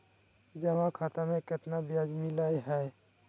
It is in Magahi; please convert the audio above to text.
जमा खाता में केतना ब्याज मिलई हई?